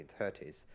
1930s